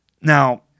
Now